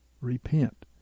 Repent